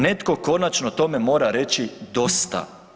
Netko konačno tome mora reći dosta.